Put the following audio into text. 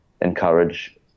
encourage